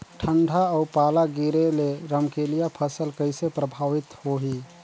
ठंडा अउ पाला गिरे ले रमकलिया फसल कइसे प्रभावित होही?